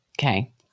Okay